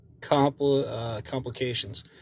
complications